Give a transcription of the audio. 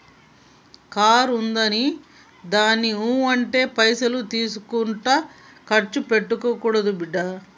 card ఉందిగదాని ఊ అంటే పైసలు తీసుకుంట కర్సు పెట్టుకోకు బిడ్డా